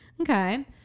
okay